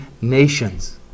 nations